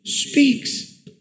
speaks